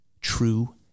true